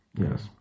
Yes